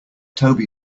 toby